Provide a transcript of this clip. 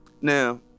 Now